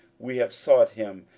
we have sought him,